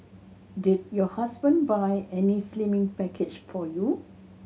did your husband buy any slimming package for you